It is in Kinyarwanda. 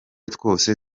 twose